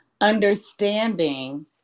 understanding